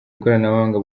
ikoranabuhanga